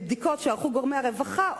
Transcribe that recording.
בבדיקות שערכו גורמי הרווחה,